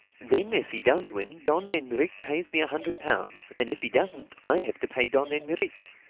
then if he does win, don enrique pays me a hundred pounds and if he doesn't, i have to pay don enrique.